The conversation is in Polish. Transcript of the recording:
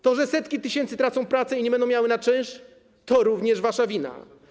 To, że setki tysięcy tracą pracę i nie będą miały na czynsz, to również wasza wina.